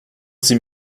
sie